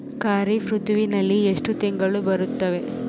ಖಾರೇಫ್ ಋತುವಿನಲ್ಲಿ ಎಷ್ಟು ತಿಂಗಳು ಬರುತ್ತವೆ?